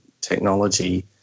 technology